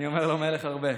אני אומר לו "מלך" הרבה.